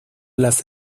las